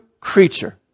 creature